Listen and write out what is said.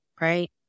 Right